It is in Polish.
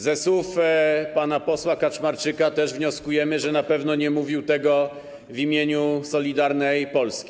Ze słów pana posła Kaczmarczyka też wnioskujemy, że na pewno nie mówił tego w imieniu Solidarnej Polski.